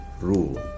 rule